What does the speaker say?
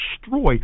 destroy